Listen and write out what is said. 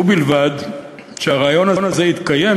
ובלבד שהרעיון הזה יתקיים,